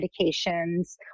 medications